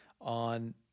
on